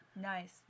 Nice